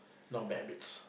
not bad habits